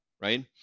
right